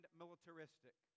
militaristic